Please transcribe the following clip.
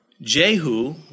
Jehu